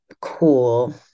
cool